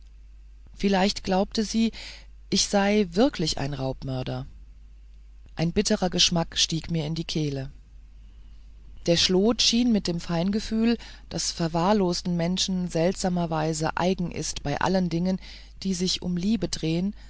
vielleicht glaubte sie ich sei wirklich ein raubmörder ein bitterer geschmack stieg mir in die kehle der schlot schien mit dem feingefühl das verwahrlosten menschen seltsamerweise eigen ist bei allen dingen die sich um liebe drehen